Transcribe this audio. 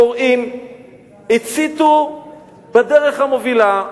פורעים הציתו בדרך המובילה,